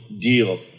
deal